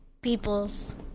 Peoples